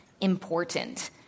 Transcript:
important